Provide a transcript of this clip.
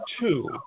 two